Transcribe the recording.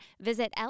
visit